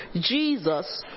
Jesus